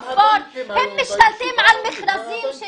הם משתלטים על מכרזים של